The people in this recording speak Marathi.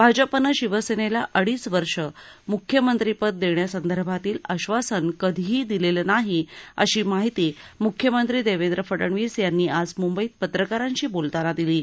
भाजपनं शिवसेनेला अडीच वर्षे मुख्यमंत्रीपद देण्यासंदर्भातील आश्वासन कधीही दिलेलं नाही अशी माहिती मुख्यमंत्री देवेंद्र फडणवीस यांनी आज मुंबईत पत्रकारांशी बोलताना दिली आहे